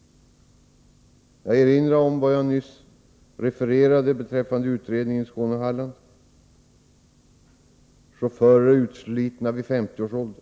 Jag erinrar om det jag nyss refererade beträffande undersökningen i Skåne och Halland — chaufförer utslitna vid 50 års ålder.